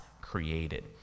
created